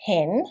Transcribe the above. Hen